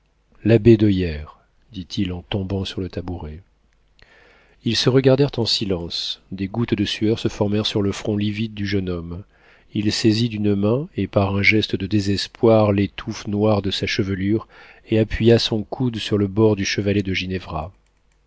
pâlir labédoyère dit-il en tombant sur le tabouret ils se regardèrent en silence des gouttes de sueur se formèrent sur le front livide du jeune homme il saisit d'une main et par un geste de désespoir les touffes noires de sa chevelure et appuya son coude sur le bord du chevalet de ginevra